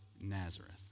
Nazareth